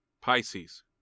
Pisces